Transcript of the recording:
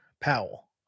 Powell